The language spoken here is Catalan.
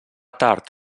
tard